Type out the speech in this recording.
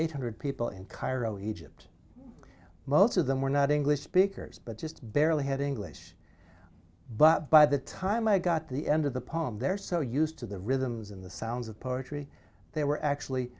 eight hundred people in cairo egypt most of them were not english speakers but just barely had english but by the time i got the end of the poem they're so used to the rhythms in the sounds of poetry they were actually